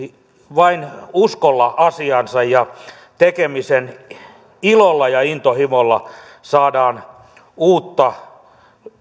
vain uskolla asiaansa ja tekemisen ilolla ja intohimolla saadaan uutta